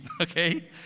okay